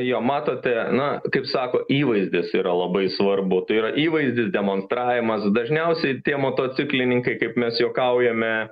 jo matote na kaip sako įvaizdis yra labai svarbu tai yra įvaizdis demonstravimas dažniausiai tie motociklininkai kaip mes juokaujame